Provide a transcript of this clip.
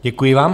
Děkuji vám.